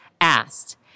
asked